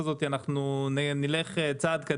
- משיטה קיימת ולכן אנחנו מנציחים את השיטה הקיימת.